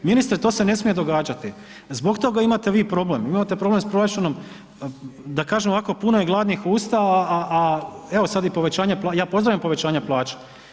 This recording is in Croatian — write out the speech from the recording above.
Ministre to se ne smije događati, zbog toga imate vi problem, imate problem sa proračunom da kažem ovako puno je gladnih usta a evo sad i povećanje, ja pozdravljam povećanje plaća.